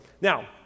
Now